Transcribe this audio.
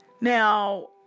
Now